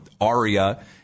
Aria